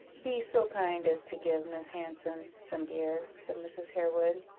be so kind as to give miss hanson some beer, said mrs. harewood.